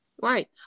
Right